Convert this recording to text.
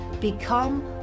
become